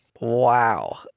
Wow